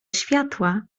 światła